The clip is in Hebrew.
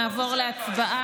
חברים, אנחנו נעבור להצבעה.